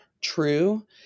true